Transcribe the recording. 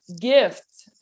gift